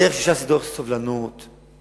הדרך של ש"ס היא דרך של סובלנות וקירוב,